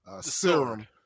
serum